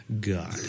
God